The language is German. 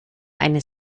einen